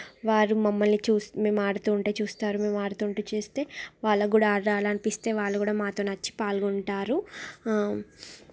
వారు మమ్మల్ని చూస్ మేము ఆడుతూ ఉంటే చూస్తారు మేము ఆడుతుంటే చూస్తే వాళ్ళకు కూడా ఆట ఆడాలని అనిపిస్తే వాళ్ళు కూడా మాతోని వచ్చి పాల్గొంటారు